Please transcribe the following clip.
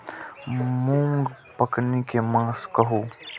मूँग पकनी के मास कहू?